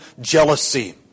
jealousy